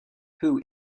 who